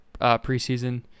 preseason